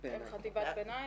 שילכו למשטרה אם לא טוב להן,